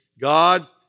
God